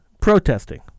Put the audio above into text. protesting